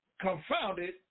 confounded